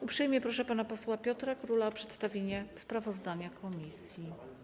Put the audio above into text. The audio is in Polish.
Uprzejmie proszę pana posła Piotra Króla o przedstawienie sprawozdania komisji.